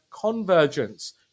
convergence